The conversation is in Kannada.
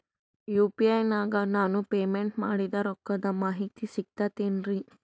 ಯು.ಪಿ.ಐ ನಾಗ ನಾನು ಪೇಮೆಂಟ್ ಮಾಡಿದ ರೊಕ್ಕದ ಮಾಹಿತಿ ಸಿಕ್ತಾತೇನ್ರೀ?